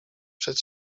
przed